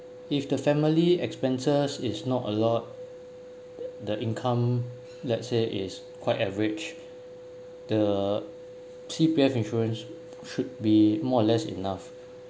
if the family expenses is not a lot the income let's say is quite average the C_P_F insurance should be more or less enough